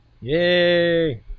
yay